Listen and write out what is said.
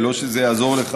לא זה שיעזור לך,